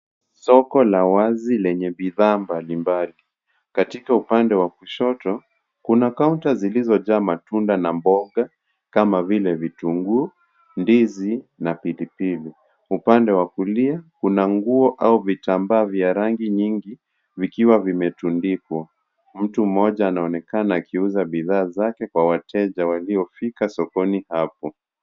Soko la wazi lenye bidhaa mbalimbali ,katika upande wa kushoto kuna kaunta zilizojaa matunda na mboga kama vile vitunguu, ndizi na pilipili. Upande wa kulia kuna nguo au vitambaa vya rangi nyingi vikiwa vimetundikwa. Mtu mmoja anaonekana akiuza bidhaa zake kwa wateja wlaiofika sokoni hapo.